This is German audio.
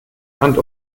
land